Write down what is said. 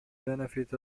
benefit